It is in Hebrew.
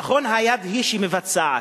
נכון, היד היא שמבצעת,